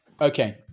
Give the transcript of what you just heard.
Okay